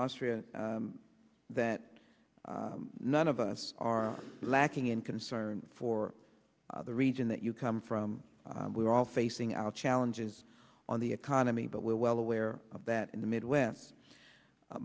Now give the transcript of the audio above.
austria that none of us are lacking in concern for the region that you come from we're all facing our challenges on the economy but we're well aware of that in the midwest